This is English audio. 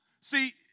see